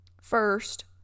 First